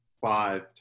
five